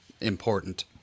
important